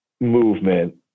movement